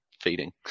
feeding